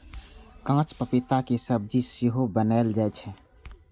कांच पपीता के सब्जी सेहो बनाएल जाइ छै